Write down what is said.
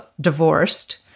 divorced